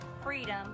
freedom